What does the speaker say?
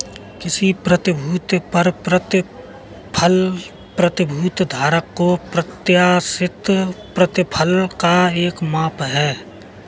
किसी प्रतिभूति पर प्रतिफल प्रतिभूति धारक को प्रत्याशित प्रतिफल का एक माप है